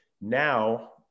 now